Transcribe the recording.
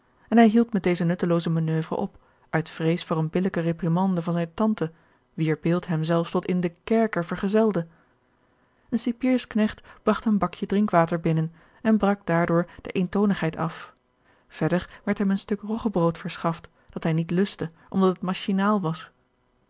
en hij hield met deze nuttelooze manoeuvre op uit vrees voor eene billijke reprimande van zijne tante wier beeld hem zelfs tot in den kerker vergezelde een cipiersknecht bragt een bakje drinkwater binnen en brak daardoor de eentoonigheid af verder werd hem een stuk roggebrood verschaft dat hij niet lustte omdat het machinaal was